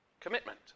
Commitment